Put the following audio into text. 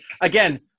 again